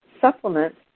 supplements